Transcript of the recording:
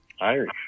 Irish